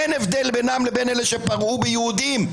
אין הבדל בינם לבין אלה שפרעו ביהודים.